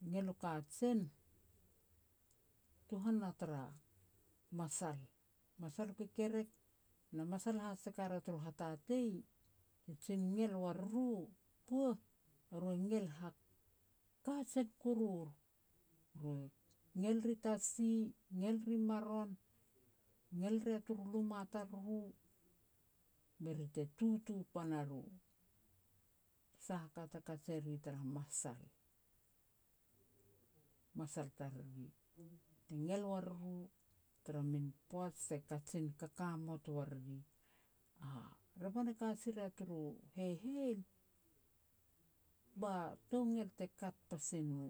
U ngel u kajen, tuhan na tara masal, masal u kekerek, na masal has te ka ria turu hatatei, te jin ngel wa riru, puh, eru e ngel hakajen kurur. Ru e ngel ri tasi, ngel ri maron, ngel ria turu luma tariru, be ri te tutu pana ro, sah a ka ta kaj eri tara masal, masal tariri. Te ngel wa ruru tara min poaj te kajin kakamot wa riri. Revan e ka si ria turu heiheil, ba tou ngel te kat pasi no.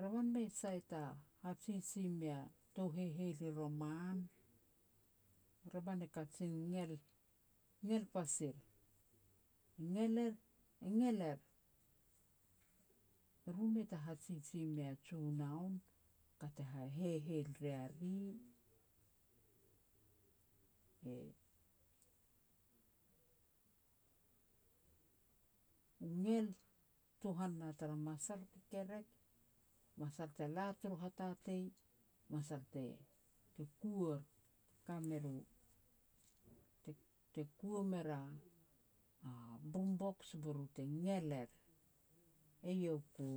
Revan mei sai ta hajiji mea tou heiheil i roman, revan e kajen ngel-ngel pas ir. E ngel er, e ngel er. Ru mei ta hajiji mea Junoun, ka te ha heiheil ria ri. U ngel tuhan na tara masal u kekerek, masal te lar turu hatatei, masal te-te kuar, te kar mer u, te-te kua mer a boom box me ru te ngel er. Eiau ku.